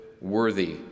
worthy